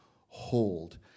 hold